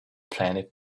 planet